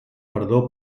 perdó